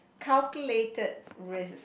calculated risk